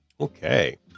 Okay